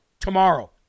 Tomorrow